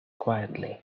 quietly